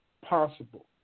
Possible